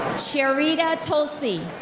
shearida tulsee.